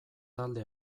talde